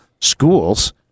schools